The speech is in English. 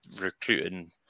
recruiting